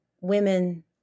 women